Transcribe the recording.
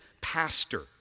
pastor